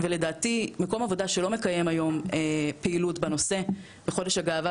ולדעתי מקום עבודה שלא מקיים היום פעילות בנושא בחודש הגאווה,